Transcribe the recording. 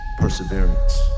perseverance